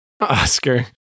Oscar